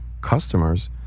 customers